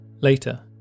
Later